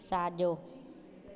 साॼो